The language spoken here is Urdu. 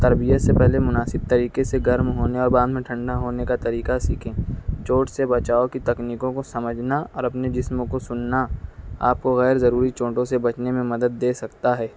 تربیت سے پہلے مناسب طریقہ سے گرم ہونے اور بعد میں ٹھنڈا ہونے کا طریقہ سیکھیں چوٹ سے بچاؤ کی تکنیکوں کو سمجھنا اور اپنے جسم کو سننا آپ کو غیرضروری چوٹوں سے بچنے میں مدد دے سکتا ہے